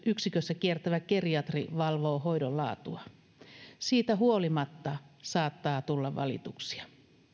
yksikössä kiertävä geriatri valvoo hoidon laatua siitä huolimatta saattaa tulla valituksia